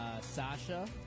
Sasha